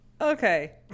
Okay